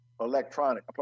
electronic